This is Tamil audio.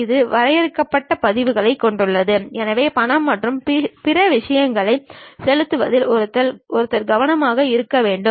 இது வரையறுக்கப்பட்ட பதிப்புகளைக் கொண்டுள்ளது எனவே பணம் மற்றும் பிற விஷயங்களை செலுத்துவதில் ஒருவர் கவனமாக இருக்க வேண்டும்